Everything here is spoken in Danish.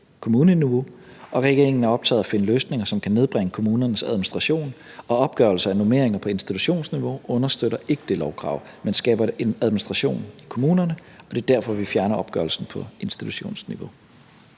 kommuneniveau. Regeringen er optaget af at finde løsninger, som kan nedbringe kommunernes administration, og opgørelse af normeringer på institutionsniveau understøtter ikke det lovkrav, men skaber en administration i kommunerne, og det er derfor, vi fjerner opgørelsen på institutionsniveau.